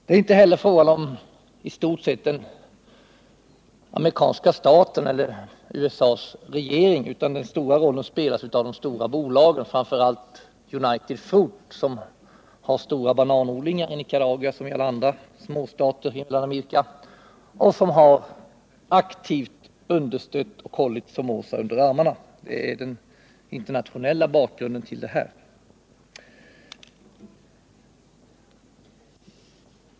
Det är inte heller enbart fråga om den amerikanska staten eller USA:s regering, utan den stora rollen spelas av de stora bolagen, framför allt United Fruit, som har stora bananodlingar i Nicaragua liksom i alla andra småstater i Mellanamerika och som aktivt understött och hållit Somoza under armarna. Det är den internationella bakgrunden.